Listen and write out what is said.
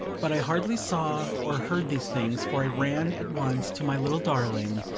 but i hardly saw or heard these things, for i ran at once to my little darling,